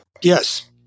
Yes